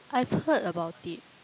I've heard about it